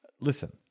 listen